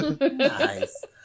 Nice